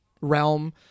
realm